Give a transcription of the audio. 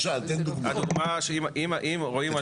לשאלה שאני שואל?